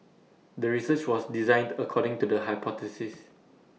the research was designed according to the hypothesis